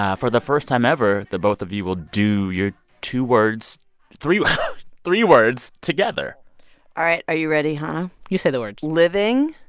ah for the first time ever, the both of you will do your two words three three words together all right, are you ready, hanna? you say the words living.